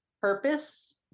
purpose